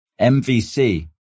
MVC